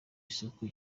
isoko